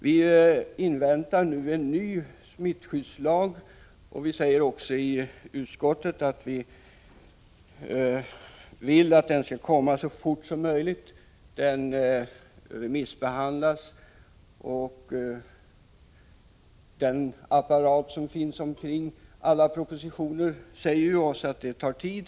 Vi inväntar nu en ny smittskyddslag, och vi säger i utskottet att vi vill att den skall komma så fort som möjligt. Den remissbehandlas nu, och med den apparat som alla propositioner omfattas av kommer det att ta viss tid.